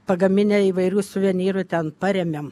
pagaminę įvairių suvenyrų ten paremiam